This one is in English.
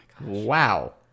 Wow